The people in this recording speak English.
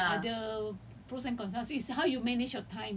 that's one like technically technically you end faster lah